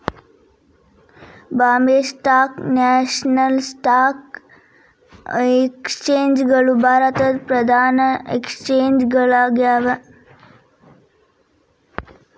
Bombay stock national stock exchange ಗಳು ಭಾರತದ್ ಪ್ರಧಾನ ಎಕ್ಸ್ಚೇಂಜ್ ಗಳಾಗ್ಯಾವ